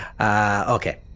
Okay